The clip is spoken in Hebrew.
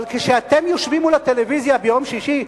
אבל כשאתם יושבים מול הטלוויזיה ביום שישי,